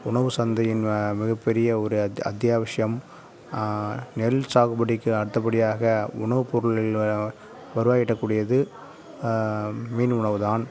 உணவு சந்தையின் மிகப்பெரிய ஒரு அத் அத்தியாவசியம் நெல்சாகுபடிக்கு அடுத்தப்படியாக உணவுப்பொருளில் வருவாய் ஈட்டக்கூடியது மீன் உணவுதான்